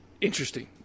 interesting